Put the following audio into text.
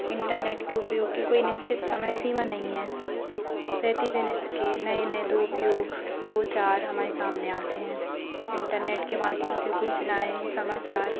internet के उपयोग की कोई निश्चित समय सीमा नहीं है प्रतिदिन इसकी नए नए दुरूपयोग दो चार हमारे सामने आते हैं इन्टरनेट के माध्यम से सूचनाएं समाचार